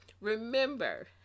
remember